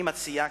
אני מציע,